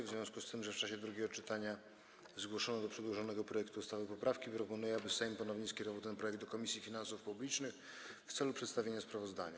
W związku z tym, że w czasie drugiego czytania zgłoszono do przedłożonego projektu ustawy poprawki, proponuję, aby Sejm ponownie skierował ten projekt do Komisji Finansów Publicznych w celu przedstawienia sprawozdania.